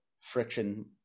friction